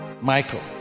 michael